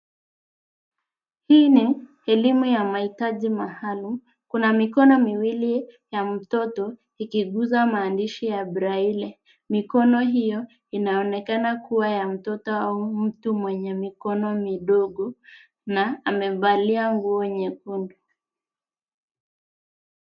Hii ni elimu ya mahitaji maalum, kuna mikono miwili ya mtoto ikiguza maandishi ya breli. Mikono hiyo inaonekana kuwa ya mtoto au mtu mwenye mikono midogo na amevalia nguo nyekundu.